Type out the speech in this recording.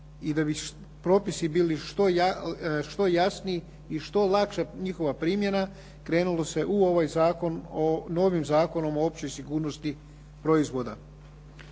i da bi propisi bili što jasniji i što lakša njihova primjena, krenulo se u ovaj novi Zakon o općoj sigurnosti proizvoda.